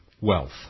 wealth